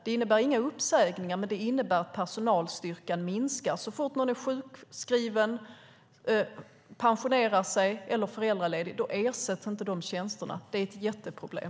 Det innebär inga uppsägningar, men det innebär att personalstyrkan minskar. När någon är sjukskriven, pensionerar sig eller är föräldraledig ersätts inte de tjänsterna. Det är ett jätteproblem.